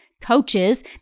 coaches